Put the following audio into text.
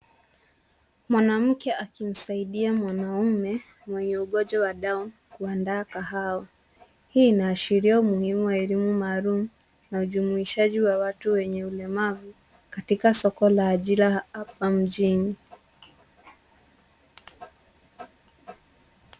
Mwanamke akimsaidia mwanaume, mwenye ugonjwa wa down kuandaa kahawa. Hii inaashiria umuhimu wa elimu maalum, na ujumuishaji wa watu wenye ulemavu katika soko la ajira hapa mjini.